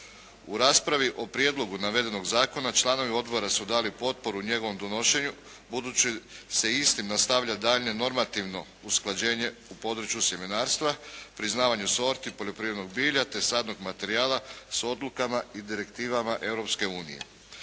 U raspravi o Prijedlogu navedenog Zakona članovi Odbora su dali potporu njegovom donošenju, budući se isti nastavlja dalje normativno usklađenje u području sjemenarstva, priznavanju sorti, poljoprivrednog bilja, te sadnog materijala sa odlukama i direktivama